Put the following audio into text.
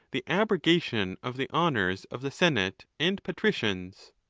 the abrogation of the honours of the senate and patricians.